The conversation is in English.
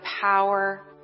power